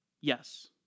Yes